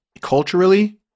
culturally